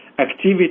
activity